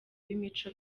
b’imico